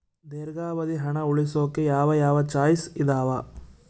ದೇರ್ಘಾವಧಿ ಹಣ ಉಳಿಸೋಕೆ ಯಾವ ಯಾವ ಚಾಯ್ಸ್ ಇದಾವ?